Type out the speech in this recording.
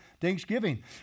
thanksgiving